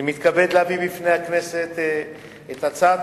אני מתכבד להביא לפני הכנסת את הצעת